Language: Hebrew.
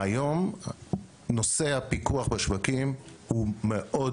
היום נושא הפיקוח בשווקים הוא בעייתי מאוד,